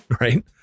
Right